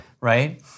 right